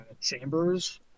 chambers